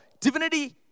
divinity